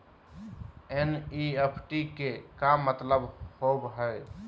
NEFT के का मतलव होव हई?